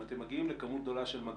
אם אתם מגיעים לכמות גדולה של מגעים,